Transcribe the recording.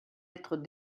être